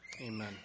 Amen